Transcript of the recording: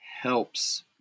helps